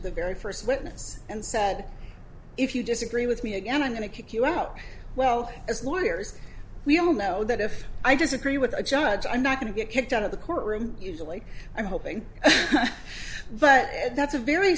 the very first witness and said if you disagree with me again i'm going to kick you out well as lawyers we all know that if i disagree with a judge i'm not going to get kicked out of the courtroom usually i'm hoping but that's a very